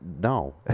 no